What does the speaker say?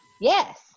Yes